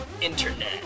internet